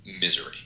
misery